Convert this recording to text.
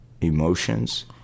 emotions